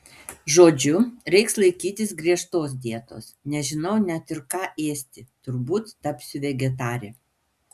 žodžiu reiks laikytis griežtos dietos nežinau net ir ką ėsti turbūt tapsiu vegetare